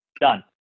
Done